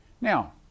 Now